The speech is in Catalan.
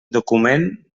document